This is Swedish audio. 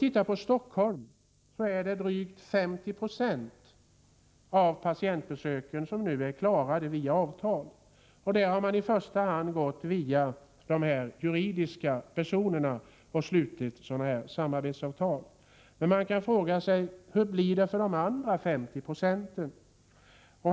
I Stockholm klaras drygt 50 20 av patientbesöken via avtal. I första hand har man gått via juridiska personer när man slutit samarbetsavtalen. Men hur blir det för de övriga 50 procenten?